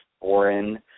foreign